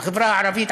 בחברה הערבית,